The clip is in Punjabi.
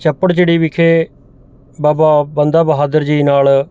ਚੱਪੜਚਿੜੀ ਵਿਖੇ ਬਾਬਾ ਬੰਦਾ ਬਹਾਦਰ ਜੀ ਨਾਲ